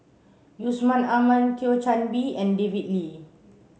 Yusman Aman Thio Chan Bee and David Lee